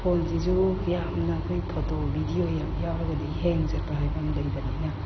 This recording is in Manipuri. ꯐꯣꯟꯁꯤꯁꯨ ꯌꯥꯝꯅ ꯑꯩꯈꯣꯏ ꯐꯣꯇꯣ ꯕꯤꯗꯤꯌꯣ ꯌꯥꯝ ꯌꯥꯎꯔꯒꯗꯤ ꯍꯦꯡ ꯆꯠꯄ ꯍꯥꯏꯕ ꯑꯃ ꯂꯩꯕꯅꯤꯅ